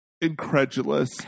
incredulous